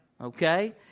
Okay